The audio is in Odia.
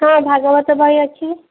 ହଁ ଭାଗବତ ବହି ଅଛି